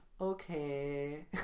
okay